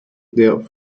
der